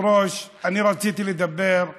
שלוש דקות לרשותך,